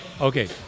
Okay